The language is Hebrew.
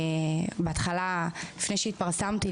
לפני שהתפרסמתי,